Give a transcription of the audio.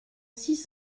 six